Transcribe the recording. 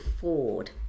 Ford